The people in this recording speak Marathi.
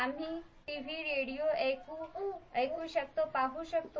आम्ही टीव्ही रेडिओ ऐकू शकतो आणि पाहू शकतो